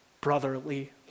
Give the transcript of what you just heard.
brotherly